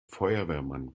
feuerwehrmann